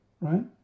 right